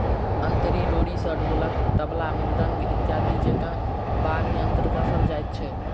अंतरी डोरी सॅ ढोलक, तबला, मृदंग इत्यादि जेंका वाद्य यंत्र कसल जाइत छै